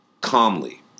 calmly